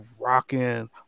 rocking